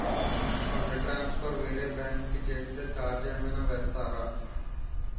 Fund transfer వేరే bank కి చేస్తే ఛార్జ్ ఏమైనా వేస్తారా?